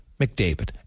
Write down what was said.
McDavid